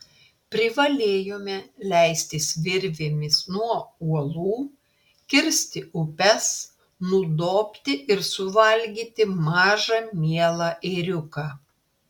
privalėjome leistis virvėmis nuo uolų kirsti upes nudobti ir suvalgyti mažą mielą ėriuką